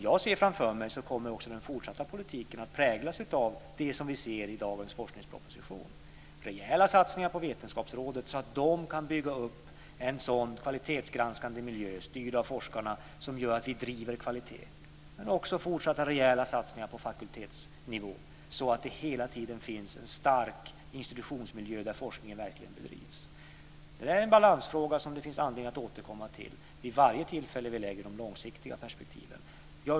Jag ser framför mig att den fortsatta politiken kommer att präglas av det vi ser i dagens forskningsproposition. Där återfinns rejäla satsningar på Vetenskapsrådet, så att rådet kan bygga upp en kvalitetsgranskande miljö styrd av forskarna, som driver kvalitet. Där finns också fortsatta rejäla satsningar på fakultetsnivå, så att det hela tiden finns en stark institutionsmiljö där forskning verkligen bedrivs. Det är en balansfråga som det finns anledning att återkomma till vid varje tillfälle då vi lägger fast de långsiktiga perspektiven.